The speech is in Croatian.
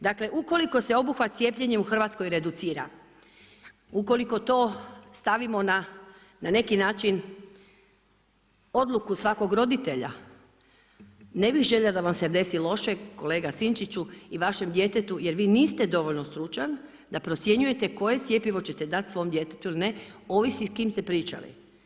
Dakle, ukoliko se obuhvat cijepljenja u Hrvatskoj reducira, ukoliko to stavimo na neki način odluku svakog roditelja, ne bi željela da vam se desi loše kolega Sinčiću i vašem djetetu, jer vi niste dovoljno stručan da procjenjujete koje cjepivo ćete dati svojem djetetu ili ne, ovisi s kim ste pričali.